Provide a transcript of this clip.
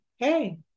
Hey